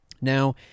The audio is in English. now